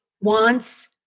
wants